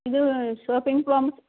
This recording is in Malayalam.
ഇത് ഷോപ്പിങ് ഫ്ലോമ്സ്